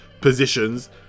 positions